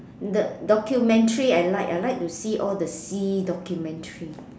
the documentary I like I like to see all the sea documentary